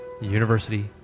University